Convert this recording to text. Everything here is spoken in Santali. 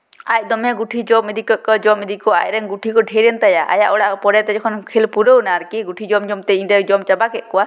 ᱟᱡ ᱫᱚᱢᱮ ᱜᱩᱴᱷᱤᱭ ᱡᱚᱢ ᱤᱫᱤ ᱠᱮᱫ ᱠᱚᱣᱟ ᱡᱚᱢ ᱤᱫᱤ ᱠᱮᱫ ᱠᱚᱣᱟ ᱟᱡᱨᱮᱱ ᱜᱩᱴᱷᱤ ᱠᱚ ᱰᱷᱮᱨᱮᱱ ᱛᱟᱭᱟ ᱟᱭᱟᱜ ᱚᱲᱟᱜ ᱯᱚᱨᱮ ᱛᱮ ᱡᱚᱠᱷᱚᱱ ᱠᱷᱮᱹᱞ ᱯᱩᱨᱟᱹᱣᱱᱟ ᱟᱨᱠᱤ ᱜᱩᱴᱷᱤ ᱡᱚᱢᱼᱡᱚᱢ ᱛᱮ ᱤᱧ ᱨᱮᱱᱮ ᱡᱚᱢ ᱪᱟᱵᱟ ᱠᱮᱫ ᱠᱚᱣᱟᱭ